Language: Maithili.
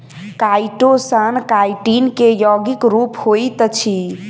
काइटोसान काइटिन के यौगिक रूप होइत अछि